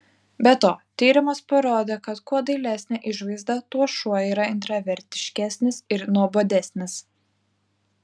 be to tyrimas parodė kad kuo dailesnė išvaizda tuo šuo yra intravertiškesnis ir nuobodesnis